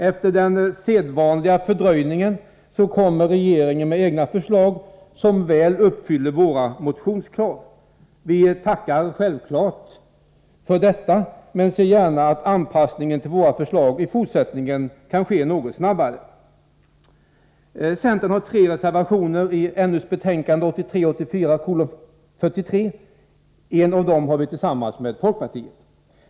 Efter den sedvanliga fördröjningen kommer regeringen med egna förslag som väl uppfyller våra motionskrav. Vi tackar självfallet för detta men ser gärna att anpassningen till våra förslag i fortsättningen sker något snabbare. Centern har tre reservationer i näringsutskottets betänkande 1983/84:43. En av dem har vi tillsammans med folkpartiet.